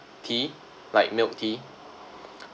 tea like milk tea